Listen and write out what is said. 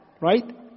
Right